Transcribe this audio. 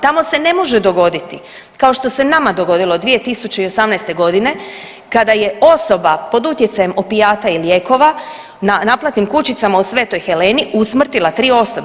Tamo se ne može dogoditi kao što se nama dogodilo 2018.g. kada je osoba pod utjecajem opijata i lijekova na naplatnim kućicama u Svetoj Heleni usmrtila tri osobe.